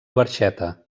barxeta